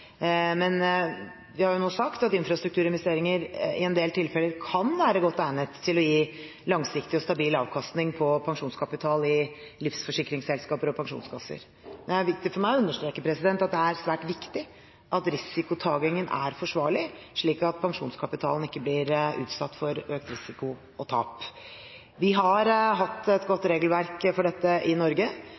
men vi har jo nå sagt at infrastrukturinvesteringer i en del tilfeller kan være godt egnet til å gi langsiktig og stabil avkastning på pensjonskapital i livsforsikringsselskaper og pensjonskasser. Det er viktig for meg å understreke at det er svært viktig at risikotakingen er forsvarlig, slik at pensjonskapitalen ikke blir utsatt for økt risiko og tap. Vi har hatt et godt regelverk for dette i Norge,